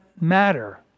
matter